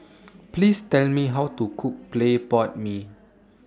Please Tell Me How to Cook Clay Pot Mee